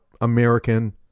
American